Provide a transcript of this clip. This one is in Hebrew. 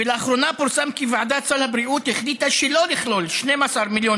ולאחרונה פורסם כי ועדת סל הבריאות החליטה שלא לכלול 12 מיליון